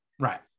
Right